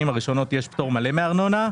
הראשונות לנכס יש פטור מלא מארנונה.